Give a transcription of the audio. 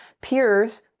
Peers